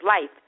life